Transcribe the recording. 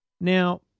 Now